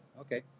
Okay